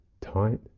tight